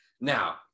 Now